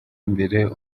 imbere